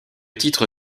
titre